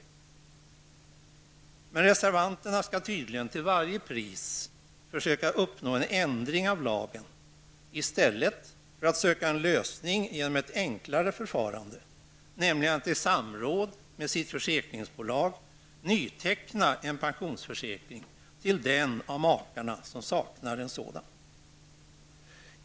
Reservanterna försöker tydligen till varje pris uppnå en ändring av lagen i stället för att söka en lösning genom ett enklare förfarande. I samråd med försäkringsbolaget kunde nämligen en pensionsförsäkring nytecknas för den av makarna som saknar en sådan.